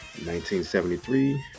1973